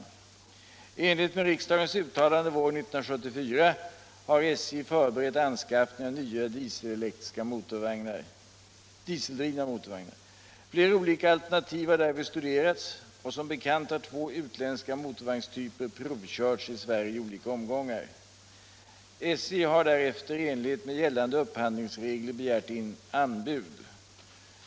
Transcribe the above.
I enlighet med riksdagens uttalande våren 1974 har SJ förberett anskaffning av nya dieseldrivna motorvagnar. Flera olika alternativ har därvid studerats och som bekant har två utländska motorvagnstyper provkörts i Sverige i olika omgångar. SJ har därefter i enlighet med gällande upphandlingsregler begärt in anbud.